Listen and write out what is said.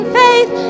faith